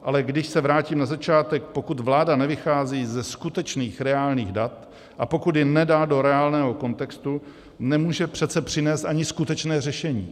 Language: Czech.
Ale když se vrátím na začátek pokud vláda nevychází ze skutečných reálných dat a pokud je nedá do reálného kontextu, nemůže přece přinést ani skutečné řešení.